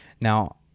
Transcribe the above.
Now